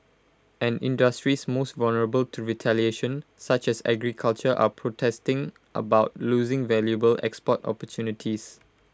and industries most vulnerable to retaliation such as agriculture are protesting about losing valuable export opportunities